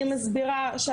אני מסבירה,